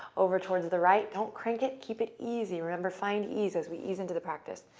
over towards the right. don't crank it. keep it easy. remember, find ease as we ease into the practice.